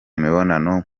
mibonano